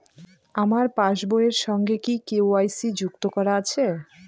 আমার পাসবই এর সঙ্গে কি কে.ওয়াই.সি যুক্ত করা আছে?